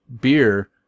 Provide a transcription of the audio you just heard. beer